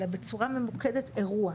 אלא בצורה ממוקדת אירוע.